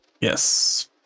Yes